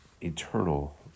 eternal